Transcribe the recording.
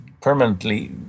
permanently